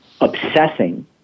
obsessing